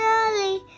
early